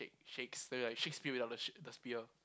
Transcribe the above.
shakes spell it like Shakespeare without the sh~ the spear